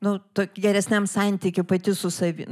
nu geresniam santykiu pati su savim